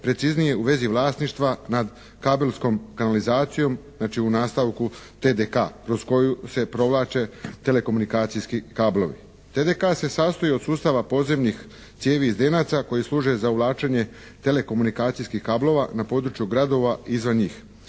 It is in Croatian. preciznije u vezi vlasništva nad kabelskom kanalizacijom, znači u nastavku TDK kroz koju se provlače telekomunikacijski kablovi. TDK se sastoji od sustava podzemnih cijevi i zdenaca koji služe za uvlačenje telekomunikacijskih kablova na područja gradova izvan njih.